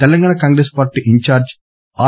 Telangana Congress party incharge are